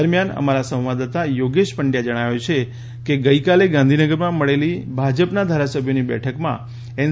દરમિયાન અમારા સંવાદદાતા યોગેશ પંડ્યા જણાવે છે કે ગઈકાલે ગાંધીનગરમાંમળેલી ભાજપના ધારાસભ્યોની બેઠકમાં એન